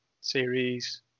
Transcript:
series